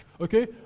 Okay